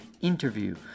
interview